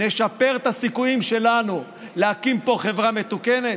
נשפר את הסיכויים שלנו להקים פה חברה מתוקנת?